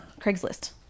Craigslist